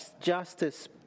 justice